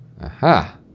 Aha